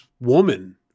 woman